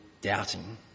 doubting